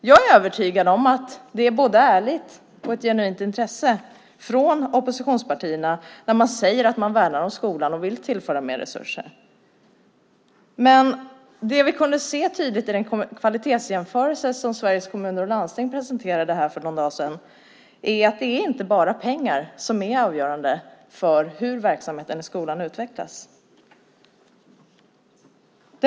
Jag är övertygad om att det både är ärligt menat och ett genuint intresse från oppositionspartierna när de säger att de värnar skolan och vill tillföra mer resurser, men det vi kan se tydligt i den kvalitetsjämförelse som Sveriges Kommuner och Landsting presenterade för någon dag sedan är att inte bara pengarna är avgörande för hur verksamheten i skolan utvecklas.